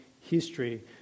history